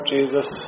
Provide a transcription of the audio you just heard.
Jesus